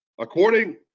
According